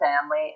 family